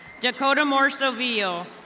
dakota morsovio.